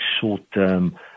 short-term